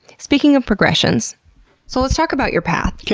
speaking of progressions so let's talk about your path.